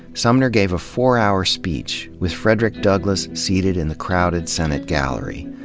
sumner gave a four-hour speech, with frederick douglass seated in the crowded senate gallery.